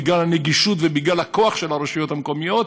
בגלל הנגישות ובגלל הכוח של הרשויות המקומיות,